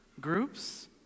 Groups